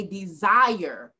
desire